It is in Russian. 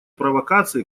провокации